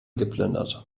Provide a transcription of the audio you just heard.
geplündert